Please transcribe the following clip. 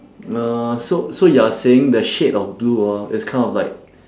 uh so so you are saying the shade of blue ah is kind of like